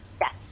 Yes